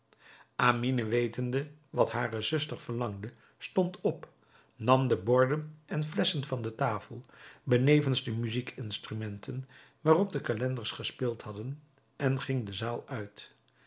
amine wetende wat hare zuster verlangde stond op nam de borden en flesschen van de tafel benevens de muzijkinstrumenten waarop de calenders gespeeld hadden en ging de zaal uit